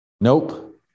Nope